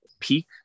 peak